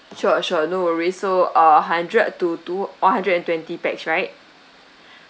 sure sure no worries so a hundred to two one hundred and twenty pax right